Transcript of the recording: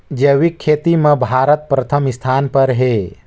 जैविक खेती म भारत प्रथम स्थान पर हे